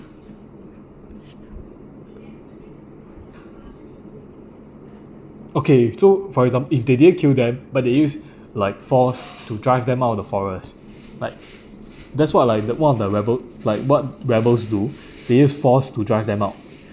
okay so for examp~ if they didn't kill them but they used like forced to drive them out of the forest like that's what like one of the rebel like what rebels do they use force to drive them out